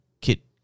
kit